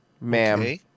Ma'am